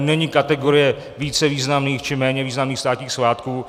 Není kategorie více významných či méně významných státních svátků.